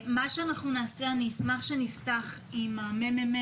נשמח עם המ.מ.מ.